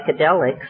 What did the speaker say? psychedelics